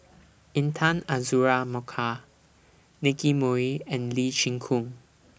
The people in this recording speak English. Intan Azura Mokhtar Nicky Moey and Lee Chin Koon